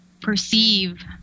perceive